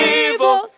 evil